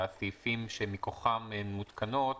הסעיפים שמכוחם הם מותקנות.